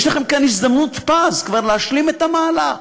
יש לכם כאן הזדמנות פז כבר להשלים את המהלך,